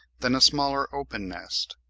than a smaller open nest.